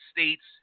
States